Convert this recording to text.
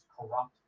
corrupt